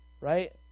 Right